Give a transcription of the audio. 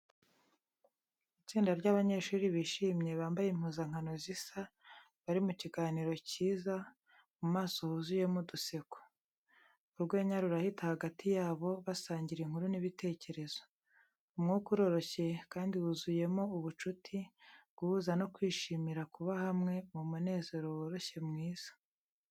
Itsinda ry'abanyeshuri bishimye bambaye impuzankano zisa, bari mu kiganiro cyiza, mu maso huzuyemo uduseko. Urwenya rurahita hagati yabo, basangira inkuru n’ibitekerezo. Umwuka uroroshye, kandi wuzuyemo ubucuti, guhuza no kwishimira kuba hamwe mu munezero woroshye mwiza.